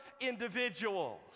individuals